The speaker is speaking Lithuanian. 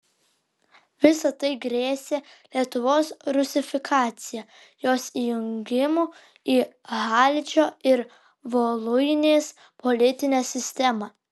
visa tai grėsė lietuvos rusifikacija jos įjungimu į haličo ir voluinės politinę sistemą